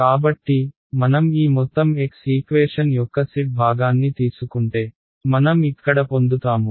కాబట్టి మనం ఈ మొత్తం x ఈక్వేషన్ యొక్క z భాగాన్ని తీసుకుంటే మనం ఇక్కడ పొందుతాము